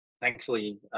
thankfully